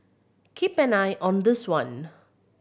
keep an eye on this one